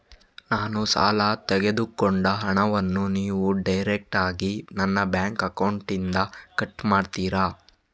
ನಾನು ಸಾಲ ತೆಗೆದುಕೊಂಡ ಹಣವನ್ನು ನೀವು ಡೈರೆಕ್ಟಾಗಿ ನನ್ನ ಬ್ಯಾಂಕ್ ಅಕೌಂಟ್ ಇಂದ ಕಟ್ ಮಾಡ್ತೀರಾ?